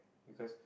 because